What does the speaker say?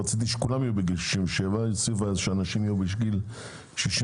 רציתי שכולם יהיו בגיל 67. היא הציבה שהנשים יהיו בגיל 62,